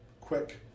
quick